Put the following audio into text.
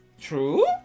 True